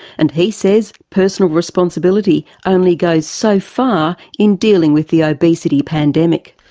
and he says personal responsibility only goes so far in dealing with the obesity pandemic.